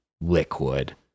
Liquid